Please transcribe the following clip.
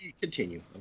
Continue